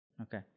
Okay